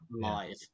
live